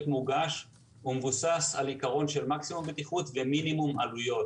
מוגש הוא מבוסס על עיקרון של מקסימום בטיחות ומינימום עלויות.